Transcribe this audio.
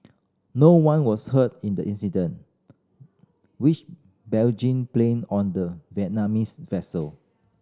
no one was hurt in the incident which Beijing blamed on the Vietnamese vessel